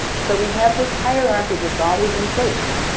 so we have this hierarchy that's always in place.